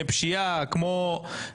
כמו לממן ארגוני פשיעה,